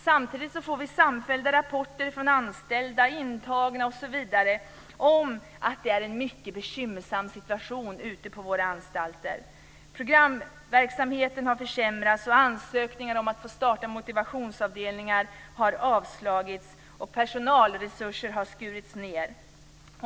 Samtidigt får vi samfällda rapporter från anställda, intagna, m.fl. om att det är en mycket bekymmersam situation ute på våra anstalter. Programverksamheten har försämrats, ansökningar om att få starta motivationsavdelningar har avslagits och personalresurser har skurits ned.